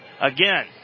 Again